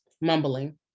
mumbling